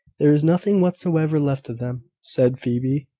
there was nothing whatsoever left of them, said phoebe,